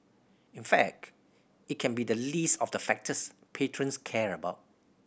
in fact it can be the least of the factors patrons care about